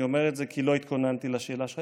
אני אומר את זה כי לא התכוננתי לשאלה שלך,